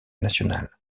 national